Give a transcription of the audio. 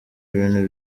ibintu